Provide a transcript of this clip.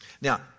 Now